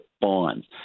bonds